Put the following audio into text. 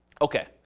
Okay